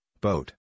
boat